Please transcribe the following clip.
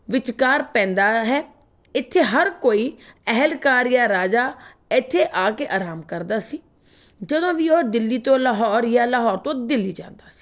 ਵਿਚਕਾਰ ਪੈਂਦਾ ਹੈ ਇੱਥੇ ਹਰ ਕੋਈ ਅਹਿਲਕਾਰ ਜਾਂ ਰਾਜਾ ਇੱਥੇ ਆ ਕੇ ਆਰਾਮ ਕਰਦਾ ਸੀ ਜਦੋਂ ਵੀ ਉਹ ਦਿੱਲੀ ਤੋਂ ਲਾਹੌਰ ਜਾਂ ਲਾਹੌਰ ਤੋਂ ਦਿੱਲੀ ਜਾਂਦਾ ਸੀ